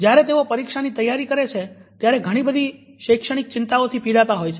જયારે તેઓ પરીક્ષાની તૈયારી કરે છે ત્યારે ઘણી બધી શૈક્ષણિક ચિંતાઓથી પીડાતા હોય છે